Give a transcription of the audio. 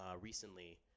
recently